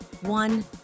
one